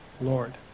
Lord